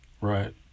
Right